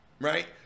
right